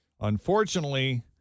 Unfortunately